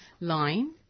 line